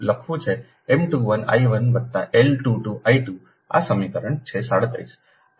M21 I1 વત્તા L 22 I 2 આ સમીકરણ છે 37